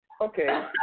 Okay